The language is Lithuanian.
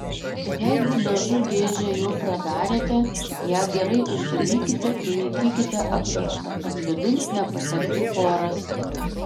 jeigu dažų dėžę jau pradarėte ją gerai uždarykite ir laikykite apverstą kad vidun nepatektų oras